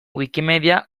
wikimedia